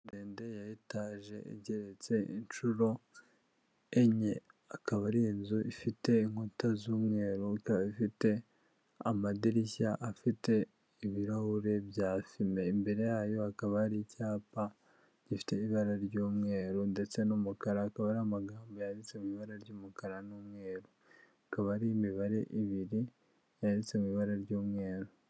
Ndende ya etaje igeretse inshuro enye, akaba ari inzu ifite inkuta z'umweru, ikaba ifite amadirishya afite ibirahuri bya fime, imbere yayo hakaba hari icyapa gifite ibara ry'umweru, ndetse n'umukara, hakaba hariho amagambo yanditse mu ibara ry'umukara n'umweru, ikaba ari imibare ibiri yanditse mu ibara ry'umweru.